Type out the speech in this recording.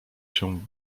się